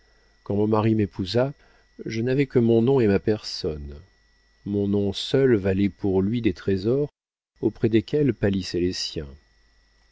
quand mon mari m'épousa je n'avais que mon nom et ma personne mon nom seul valait pour lui des trésors auprès desquels pâlissaient les siens